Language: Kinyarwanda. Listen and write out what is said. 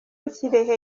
kirehe